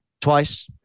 twice